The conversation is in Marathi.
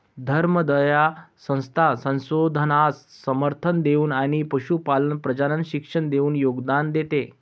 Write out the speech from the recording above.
धर्मादाय संस्था संशोधनास समर्थन देऊन आणि पशुपालन प्रजनन शिक्षण देऊन योगदान देते